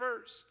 first